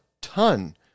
ton